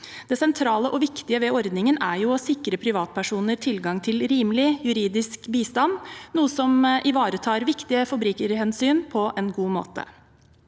Det sentrale og viktige ved ordningen er jo å sikre privatpersoner tilgang til rimelig juridisk bistand, noe som ivaretar viktige forbrukerhensyn på en god måte.